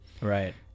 Right